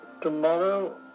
tomorrow